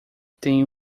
tem